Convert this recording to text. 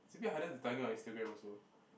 it's a bit harder to target on Instagram also